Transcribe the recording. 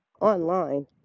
online